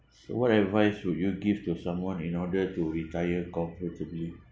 so what advice would you give to someone in order to retire comfortably